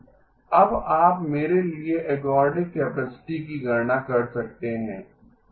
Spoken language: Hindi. अब आप मेरे लिए एर्गोडिक कैपेसिटी की गणना कर सकते हैं